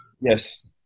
Yes